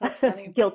Guilty